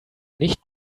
nicht